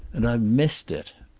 and i've missed it!